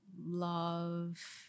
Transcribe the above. love